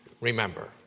remember